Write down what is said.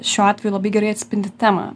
šiuo atveju labai gerai atspindi temą